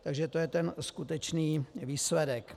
Takže to je skutečný výsledek.